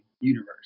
universe